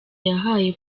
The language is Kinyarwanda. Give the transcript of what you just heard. yahaye